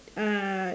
uh